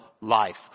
life